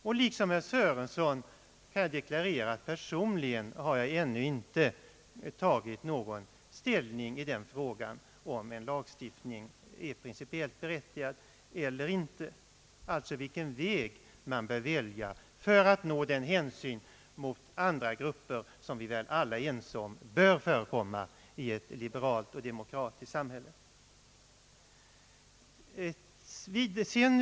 Och liksom herr Sörenson kan jag deklarera att personligen har jag ännu inte tagit någon ställning i den här frågan om en lagstiftning är principiellt berättigad eller inte, alltså vilken väg man bör välja för att nå den hänsyn mot andra grupper som vi väl alla är ense om bör förekomma i ett liberalt och demokratiskt samhälle.